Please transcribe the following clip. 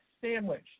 sandwich